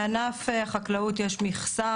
בענף החקלאות יש מכסה,